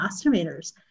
estimators